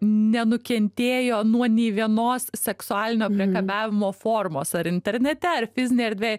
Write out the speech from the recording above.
nenukentėjo nuo nei vienos seksualinio priekabiavimo formos ar internete ar fizinėj erdvėj